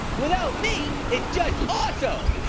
without me it's just ah so